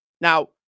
Now